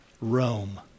Rome